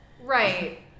Right